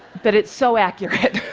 but it's so accurate.